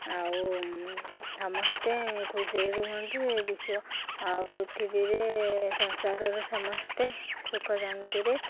ଆଉ ସମସ୍ତେ ଖୁସିରେ ରୁହନ୍ତୁ ଏ ବିଶ୍ୱ ଆଉ ପୃଥିବୀରେ ସଂସାରରେ ସମସ୍ତେ ସୁଖ ଶାନ୍ତିରେ